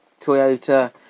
Toyota